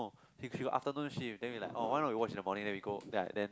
no she she got afternoon shift then we like oh why not we watch in the morning then we go then I then